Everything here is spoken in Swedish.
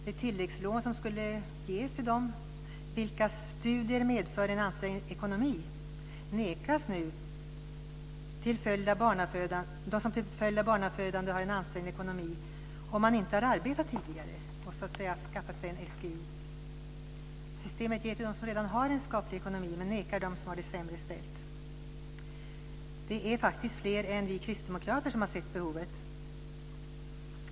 Det tilläggslån som skulle ges till dem vars "studier medför en ansträngd ekonomi" nekas dem som till följd av barnafödande har en ansträngd ekonomi om man inte har arbetat tidigare och skaffat sig en SGI. Systemet ger till dem som redan har en skaplig ekonomi, men nekar dem som har det sämre ställt. Det är faktiskt fler än vi kristdemokrater som har sett behovet.